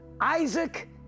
Isaac